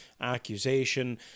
accusation